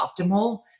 optimal